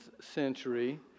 century